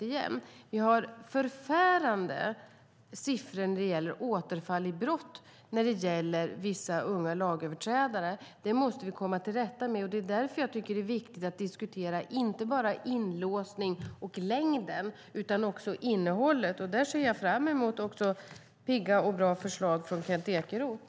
Siffrorna är förfärande när det gäller återfall i brott för vissa unga lagöverträdare, och det måste vi komma till rätta med. Därför tycker jag att det är viktigt att diskutera inte bara inlåsning och påföljdens längd utan också innehållet. Där ser jag fram emot pigga och bra förslag också från Kent Ekeroth.